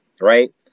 right